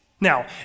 Now